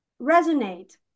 resonate